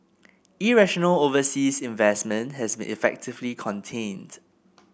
irrational overseas investment has been effectively contained